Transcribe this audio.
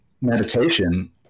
meditation